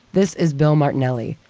this is bill martinelli,